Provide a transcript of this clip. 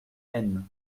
aisne